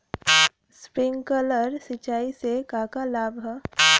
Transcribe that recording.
Sprinkler सिंचाई से का का लाभ ह?